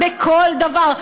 בכל דבר.